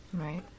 Right